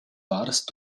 warst